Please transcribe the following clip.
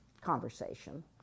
conversation